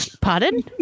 Pardon